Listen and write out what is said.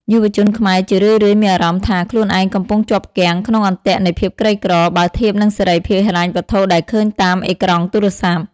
យុវជនខ្មែរជារឿយៗមានអារម្មណ៍ថា ខ្លួនឯងកំពុងជាប់គាំងក្នុង "អន្ទាក់នៃភាពក្រីក្រ" បើធៀបនឹងសេរីភាពហិរញ្ញវត្ថុដែលឃើញតាមអេក្រង់ទូរស័ព្ទ។